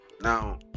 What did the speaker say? Now